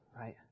right